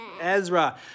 Ezra